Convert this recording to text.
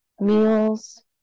meals